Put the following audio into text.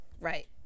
Right